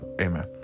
Amen